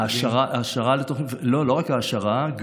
העשרה לתוכנית, אבל לא רק העשרה.